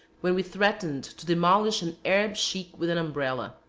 when we threatened to demolish an arab sheik with an umbrella.